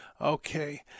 Okay